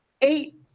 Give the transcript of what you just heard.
eight